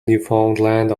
newfoundland